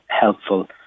helpful